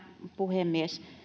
puhemies